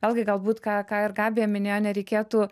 vėlgi galbūt ką ką ir gabija minėjo nereikėtų